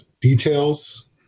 details